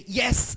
yes